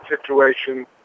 situation